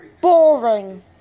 boring